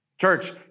Church